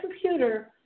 computer